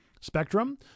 spectrum